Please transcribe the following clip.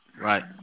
Right